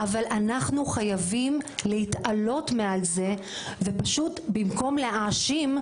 אבל אנחנו חייבים להתעלות מעל זה ופשוט במקום להאשים,